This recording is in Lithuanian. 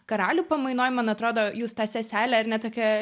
karalių pamainoj man atrodo jūs tą seselę ar ne tokią